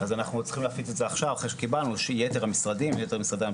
אז אנחנו צריכים להפיץ את זה עכשיו ליתר משרדי הממשלה,